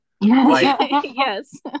Yes